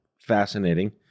fascinating